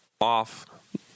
off